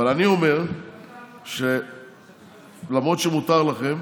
אבל אני אומר שלמרות שמותר לכם